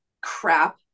crap